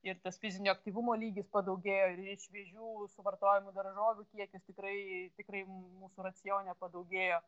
ir tas fizinio aktyvumo lygis padaugėjo šviežių suvartojamų daržovių kiekis tikrai tikrai mūsų racione padaugėjo